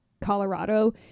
Colorado